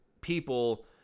people